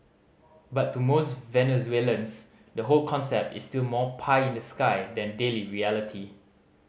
but to most Venezuelans the whole concept is still more pie in the sky than daily reality